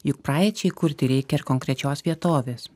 juk praeičiai kurti reikia ir konkrečios vietovės